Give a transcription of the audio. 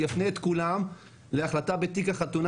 אני אפנה את כולם להחלטה בתיק החתונה